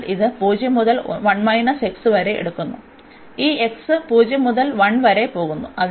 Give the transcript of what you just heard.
അതിനാൽ ഇത് 0 മുതൽ വരെ എടുക്കുന്നു ഈ x 0 മുതൽ 1 വരെ പോകുന്നു